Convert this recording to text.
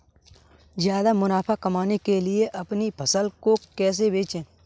ज्यादा मुनाफा कमाने के लिए अपनी फसल को कैसे बेचें?